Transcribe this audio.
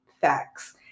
facts